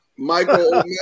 Michael